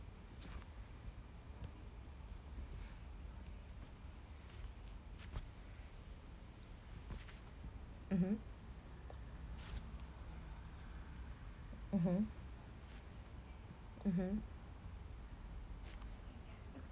mmhmm mmhmm mmhmm